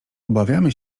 obawiamy